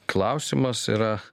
klausimas yra